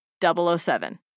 007